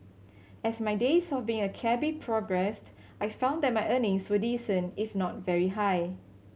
as my days of being a cabby progressed I found that my earnings were decent if not very high